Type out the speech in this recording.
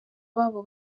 babo